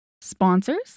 sponsors